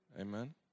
Amen